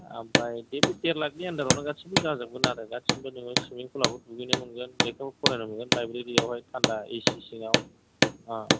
ओमफ्राय बे देर लाखनि आन्डारावनो गासैबो जाजोबगोन आरो गासैबो नोङो सुइमिं पुलावबो दुगैनो मोनगोन लेखाबो फरायनो मोनगोन लाइब्रेरियावहाय थान्दा ए सि सिङाव